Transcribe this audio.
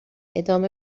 ادامه